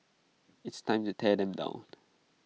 it's time to tear them down